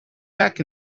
back